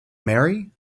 mary